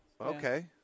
Okay